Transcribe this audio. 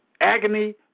agony